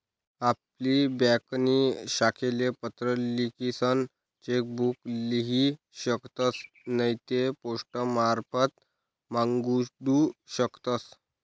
आपली ब्यांकनी शाखाले पत्र लिखीसन चेक बुक लेऊ शकतस नैते पोस्टमारफत मांगाडू शकतस